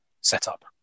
setup